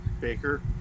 Baker